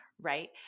Right